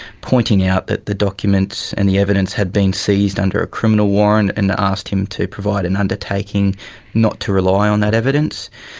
pointing out that the documents and the evidence had been seized under a criminal warrant and asked him to provide an undertaking not to rely on that evidence.